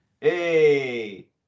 Hey